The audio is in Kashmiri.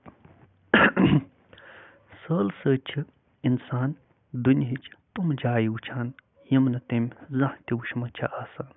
سٲل سۭتۍ چھِ اِنسان دُنیِچ تٔمۍ جایہِ وُچھان یِم نہٕ تٔمۍ زَہنۍ تہِ وُچھمٕژ چھےٚ آسان